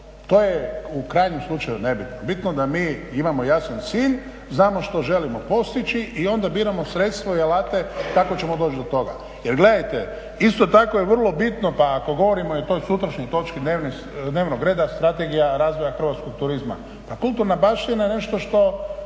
to je u krajnjem slučaju nebitno. Bitno da mi imamo jasan cilj, znamo što želimo postići i onda biramo sredstvo i alate kako ćemo doći do toga. Jer gledajte isto tako je vrlo bitno, pa ako govorimo i o toj sutrašnjoj točki dnevnog reda Strategija razvoja hrvatskog turizma, pa kulturna baština je nešto što